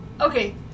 Okay